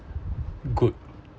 good